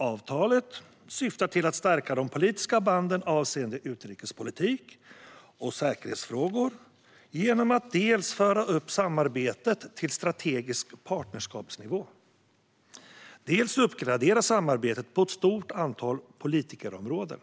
Avtalet syftar till att stärka de politiska banden avseende utrikespolitik och säkerhetsfrågor genom att dels föra upp samarbetet till strategisk partnerskapsnivå, dels uppgradera samarbetet på ett stort antal politikområden.